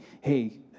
hey